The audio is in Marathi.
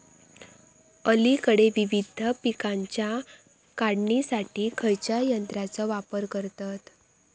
अलीकडे विविध पीकांच्या काढणीसाठी खयाच्या यंत्राचो वापर करतत?